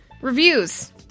reviews